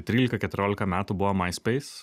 trylika keturiolika metų buvo myspace